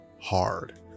hard